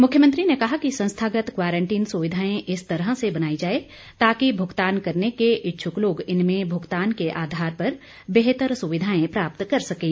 मुख्यमंत्री ने कहा कि संस्थागत क्वारंटीन सुविधाएं इस तरह से बनाई जाएं ताकि भुगतान करने के इच्छुक लोग इनमें भुगतान के आधार पर बेहतर सुविधाएं प्राप्त कर सकें